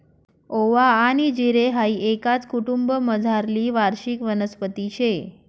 ओवा आनी जिरे हाई एकाच कुटुंबमझारली वार्षिक वनस्पती शे